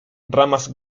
ramas